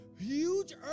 Huge